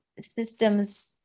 systems